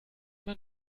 man